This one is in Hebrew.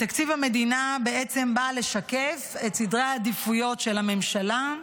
תקציב המדינה בעצם בא "לשקף את סדרי העדיפויות של הממשלה,